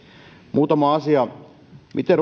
muutama asia miten